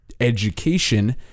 education